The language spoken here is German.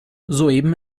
soeben